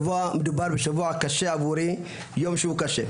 אני מרגיש שמדובר בשבוע קשה עבורי ובאירוע קשה.